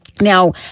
Now